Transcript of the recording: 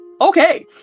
Okay